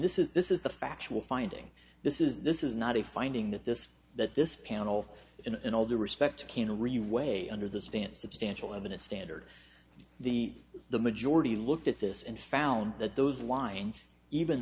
this is this is the factual finding this is this is not a finding that this that this panel in all due respect can really weigh under the stand substantial evidence standard the the majority looked at this and found that those lines even